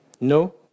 No